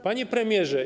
Panie Premierze!